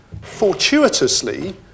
fortuitously